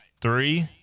Three